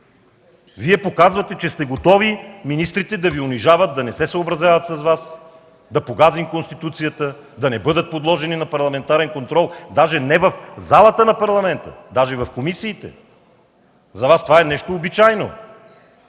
Вие показвате, че сте готови министрите да Ви унижават, да не се съобразяват с Вас, да погазим Конституцията, да не бъдат подложени на парламентарен контрол, даже не в залата на Парламента, даже в комисиите. За Вас това е нещо обичайно!